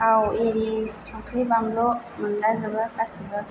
थाव इरि संख्रि बानलु मोनला जोबो गासिबो